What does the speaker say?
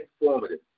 informative